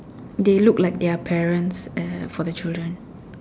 they look like their parents uh for the children